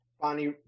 Bonnie